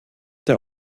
der